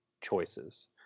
choices